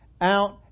out